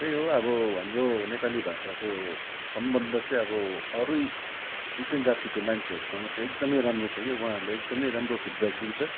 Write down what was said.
त्यही हो अब हाम्रो नेपाली भाषाको सम्बन्ध चाहिँ अब अरू डिफ्रेन्ट जातिको मान्छेहरूसँग चाहिँ एकदमै राम्रो छ क्याउ उहाँहरूले एकदमै राम्रो फिडब्याक दिन्छ